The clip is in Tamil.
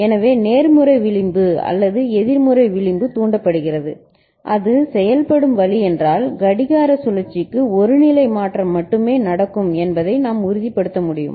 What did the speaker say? எனவே நேர்மறை விளிம்பு அல்லது எதிர்மறை விளிம்பு தூண்டப்படுகிறது அது செயல்படும் வழி என்றால் கடிகார சுழற்சிக்கு ஒரு நிலை மாற்றம் மட்டுமே நடக்கும் என்பதை நாம் உறுதிப்படுத்த முடியும்